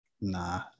Nah